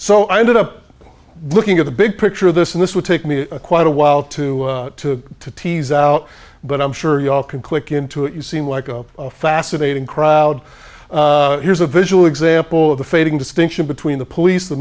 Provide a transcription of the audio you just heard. so i ended up looking at the big picture of this and this would take me quite a while to tease out but i'm sure you all can click into it you seem like a fascinating crowd here's a visual example of the fading distinction between the police the